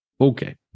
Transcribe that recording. Okay